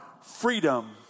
freedom